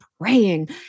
praying